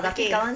okay